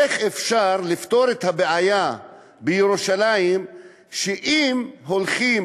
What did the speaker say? איך אפשר לפתור את הבעיה בירושלים אם הולכים,